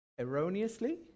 Erroneously